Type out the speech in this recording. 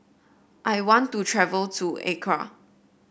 I want to travel to Accra